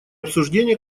обсуждение